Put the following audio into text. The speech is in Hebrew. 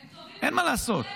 אין מה לעשות.